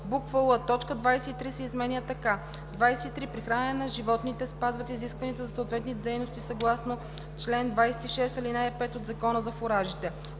л) точка 23 се изменя така: „23. при хранене на животните спазват изискванията за съответните дейности, съгласно чл. 26, ал. 5 от Закона за фуражите;“